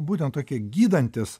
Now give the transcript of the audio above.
būtent tokie gydantys